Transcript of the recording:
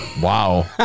Wow